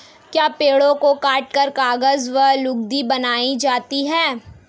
क्या पेड़ों को काटकर कागज व लुगदी बनाए जाते हैं?